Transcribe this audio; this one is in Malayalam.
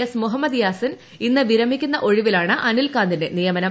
എസ് മുഹമ്മദ് യാസിൻ ഇന്ന് വിരമിക്കുന്ന ഒഴിവിലാണ് അനിൽകാന്തിന്റെ നിയമനം